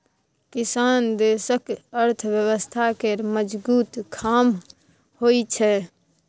किसान देशक अर्थव्यवस्था केर मजगुत खाम्ह होइ छै